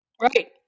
right